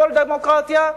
כל דמוקרטיה,